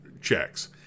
checks